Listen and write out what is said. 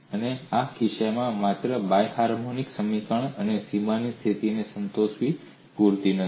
અને આ કિસ્સામાં માત્ર બાય હાર્મોનિક સમીકરણ અને સીમાની સ્થિતિને સંતોષવી પૂરતું નથી